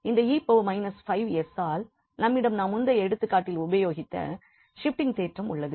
இந்த 𝑒−5𝑠 ஆல் நம்மிடம் நாம் முந்தைய எடுத்துக்காட்டில் உபயோகித்த ஷிப்ட்டிங் தேற்றம் உள்ளது